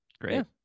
great